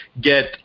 get